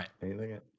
right